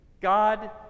God